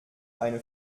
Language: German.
eine